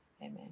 Amen